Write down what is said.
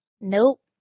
nope